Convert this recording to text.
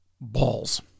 balls